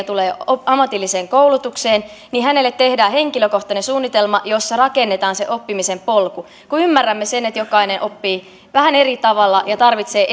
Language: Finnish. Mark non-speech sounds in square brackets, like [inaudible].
[unintelligible] tulee ammatilliseen koulutukseen hänelle tehdään henkilökohtainen suunnitelma jossa rakennetaan se oppimisen polku kun ymmärrämme sen että jokainen oppii vähän eri tavalla ja tarvitsee [unintelligible]